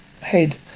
head